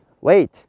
wait